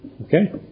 Okay